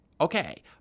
okay